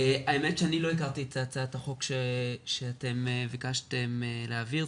האמת שאני לא הכרתי את הצעת החוק שאתם ביקשתם להעביר,